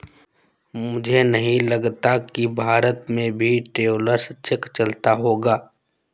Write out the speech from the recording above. मुझे नहीं लगता कि भारत में भी ट्रैवलर्स चेक चलता होगा